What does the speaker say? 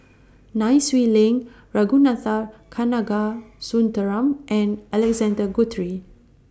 Nai Swee Leng Ragunathar Kanagasuntheram and Alexander Guthrie